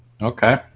Okay